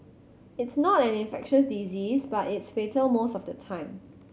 it's not an infectious disease but it's fatal most of the time